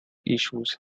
issues